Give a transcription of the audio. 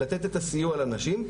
לתת את הסיוע לנשים,